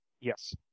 Yes